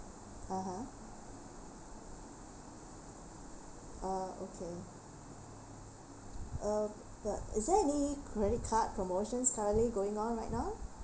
(uh huh) ah okay uh but is there any credit card promotion starting going on right now